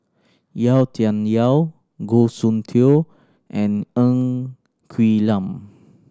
Yau Tian Yau Goh Soon Tioe and Ng Quee Lam